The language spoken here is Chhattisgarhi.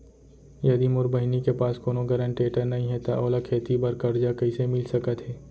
यदि मोर बहिनी के पास कोनो गरेंटेटर नई हे त ओला खेती बर कर्जा कईसे मिल सकत हे?